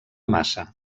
massa